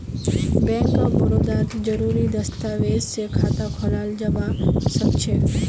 bank of बड़ौदात जरुरी दस्तावेज स खाता खोलाल जबा सखछेक